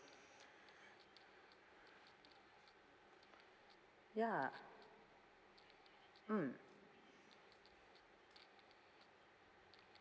ya mm